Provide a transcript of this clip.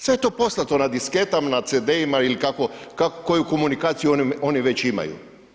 Sve je to poslato na disketama, na CD-ima ili kako, koji komunikaciju oni već imaju.